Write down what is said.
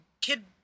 kid